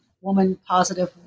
woman-positive